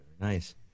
Nice